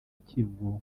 kivu